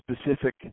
specific